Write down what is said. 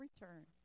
return